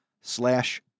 slash